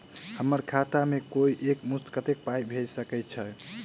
हम्मर खाता मे कोइ एक मुस्त कत्तेक पाई भेजि सकय छई?